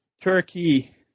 Turkey